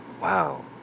wow